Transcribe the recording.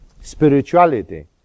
spirituality